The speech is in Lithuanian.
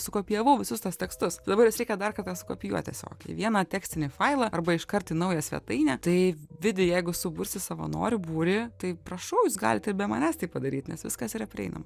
sukopijavau visus tuos tekstus dabar juos reikia dar kartą sukopijuot tiesiog į vieną tekstinį failą arba iškart į naują svetainę tai vidai jeigu suburti savanorių būrį tai prašau jūs galit ir be manęs tai padaryt nes viskas yra prieinama